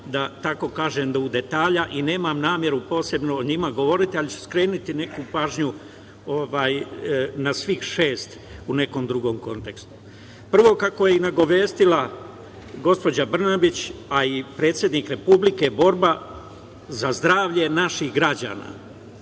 da tako kažem, i nemam nameru posebno o njima govoriti, ali ću skrenuti neku pažnju na svih šest, u nekom drugom kontekstu. Prvo, kako je i nagovestila gospođa Brnabić, a i predsednik Republike, borba za zdravlje naših građana,